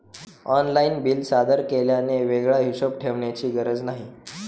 online bill सादर केल्याने वेगळा हिशोब ठेवण्याची गरज नाही